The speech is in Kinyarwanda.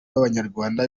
b’abanyarwanda